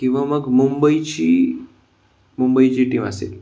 किंवा मग मुंबईची मुंबईची टीम असेल